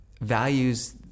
values